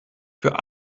für